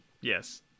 Yes